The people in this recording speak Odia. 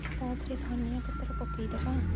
ତାଦେହରେ ଧନିଆ ପତ୍ର ପକାଇଦେବା